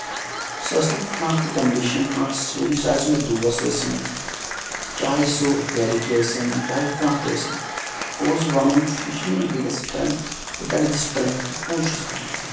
سُہ ٲسۍ تن کانٛہہ تہِ کَنڈِشن کانہہ تہِ سُچویشن سُہ آسہِ مےٚ دوس آسِنۍ چاہے سُہ گرِکۍ ٲسِنۍ چاہے کانٛہہ تہِ ٲسِنۍ پوٚز وَنُن چھُ یہِ چھِ میٲنۍ بِگیسٹ سٔٹریگتھ اور ڈیٹ اِز دَ سِٹریگٕتھ کہِ پوٚز چھُس بہٕ وَنان